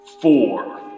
Four